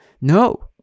No